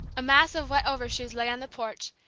a mass of wet over-shoes lay on the porch,